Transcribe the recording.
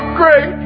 great